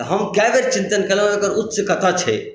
तऽ हम कै बेर चिंतन केलहुँ एकर उच्च कतऽ छै